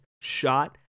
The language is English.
shot